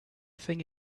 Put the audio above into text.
thing